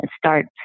start